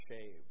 shaved